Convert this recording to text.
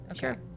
sure